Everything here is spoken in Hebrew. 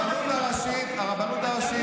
הרבנות הראשית,